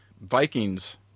Vikings